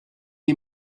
you